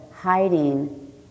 hiding